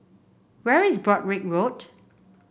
where is Broadrick Road